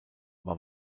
war